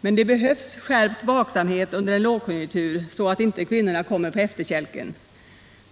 Men det behövs skärpt vaksamhet under en lågkonjunktur så att inte kvinnorna kommer på efterkälken.